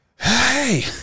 hey